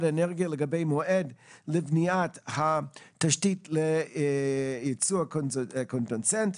האנרגיה לגבי מועד בניית התשתית לייצוא הקונדנסט,